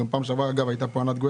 גם פעם שעברה הייתה פה ענת,